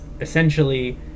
essentially